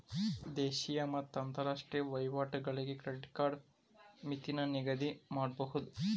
ದೇಶೇಯ ಮತ್ತ ಅಂತರಾಷ್ಟ್ರೇಯ ವಹಿವಾಟುಗಳಿಗೆ ಕ್ರೆಡಿಟ್ ಕಾರ್ಡ್ ಮಿತಿನ ನಿಗದಿಮಾಡಬೋದು